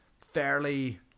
fairly